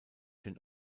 den